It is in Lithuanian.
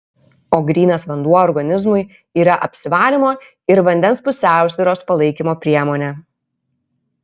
o grynas vanduo organizmui yra apsivalymo ir vandens pusiausvyros palaikymo priemonė